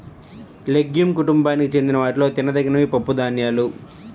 legume కుటుంబానికి చెందిన వాటిలో తినదగినవి పప్పుధాన్యాలు